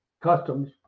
customs